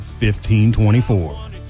1524